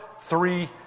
three